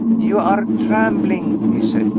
you are trembling! he said.